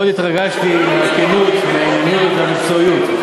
מאוד התרגשתי מהענייניות והמקצועיות.